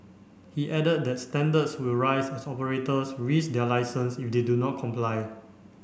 he added that standards will rise as operators risk their licence if they do not comply